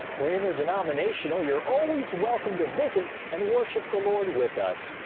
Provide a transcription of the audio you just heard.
we're interdenominational, you're always welcome to visit and worship the lord with us.